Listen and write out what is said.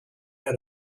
out